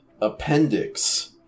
Appendix